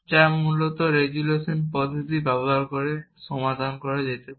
তা মূলত রেজোলিউশন পদ্ধতি ব্যবহার করে সমাধান করা যেতে পারে